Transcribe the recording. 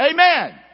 amen